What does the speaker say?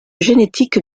génétique